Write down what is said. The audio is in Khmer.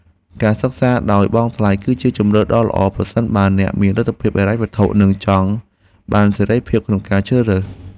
ការសិក្សាដោយបង់ថ្លៃគឺជាជម្រើសដ៏ល្អប្រសិនបើអ្នកមានលទ្ធភាពហិរញ្ញវត្ថុនិងចង់បានសេរីភាពក្នុងការជ្រើសរើស។